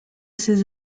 ces